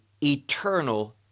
eternal